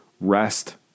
rest